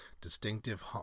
distinctive